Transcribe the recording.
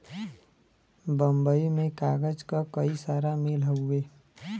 बम्बई में कागज क कई सारा मिल हउवे